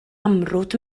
amrwd